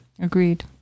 agreed